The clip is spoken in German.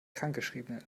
krankgeschriebenen